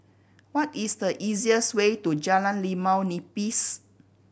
what is the easiest way to Jalan Limau Nipis